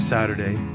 Saturday